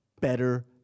better